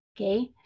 Okay